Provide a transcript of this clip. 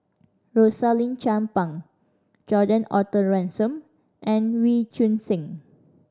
Rosaline Chan Pang Gordon Arthur Ransome and Wee Choon Seng